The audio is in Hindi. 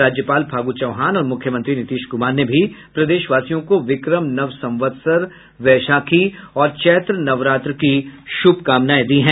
राज्यपाल फागू चौहान और मुख्यमंत्री नीतीश कुमार ने भी प्रदेशवासियों को विक्रम नव संवत्सर वैशाखी और चैत्र नवरात्र की शुभकामनाएं दी हैं